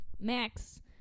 Max